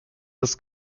das